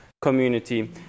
community